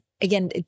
Again